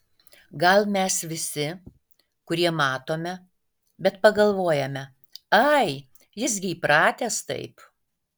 gal mes visi kurie matome bet pagalvojame ai jis gi įpratęs taip